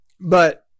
But-